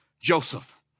Joseph